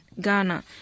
Ghana